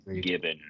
given